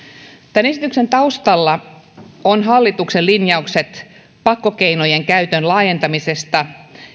tämän esityksen taustalla ovat hallituksen linjaukset pakkokeinojen käytön laajentamisesta